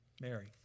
Mary